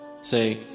say